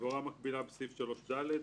והוראה מקבילה בסעיף 3(ד)